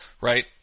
right